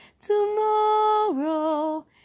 tomorrow